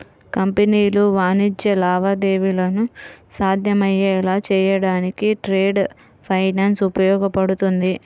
కంపెనీలు వాణిజ్య లావాదేవీలను సాధ్యమయ్యేలా చేయడానికి ట్రేడ్ ఫైనాన్స్ ఉపయోగపడుతుంది